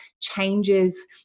changes